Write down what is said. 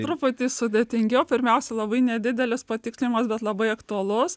truputį sudėtingiau pirmiausia labai nedidelis patikslinimas bet labai aktualus